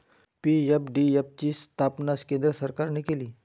PFDF ची स्थापना केंद्र सरकारने केली